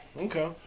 okay